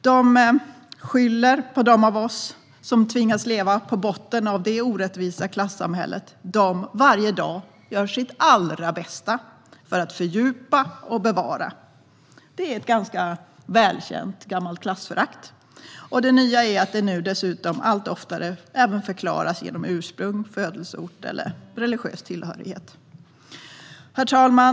De skyller på dem av oss som tvingas leva på botten av det orättvisa klassamhälle de varje dag gör sitt allra bästa för att fördjupa och bevara. Det är ett ganska välkänt gammalt klassförakt. Det nya är att det nu dessutom allt oftare förklaras med ursprung, födelseort eller religiös tillhörighet. Herr talman!